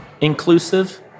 inclusive